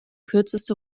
kürzeste